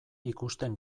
ikusten